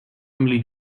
emily